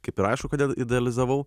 kaip ir aišku kodėl idealizavau